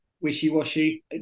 wishy-washy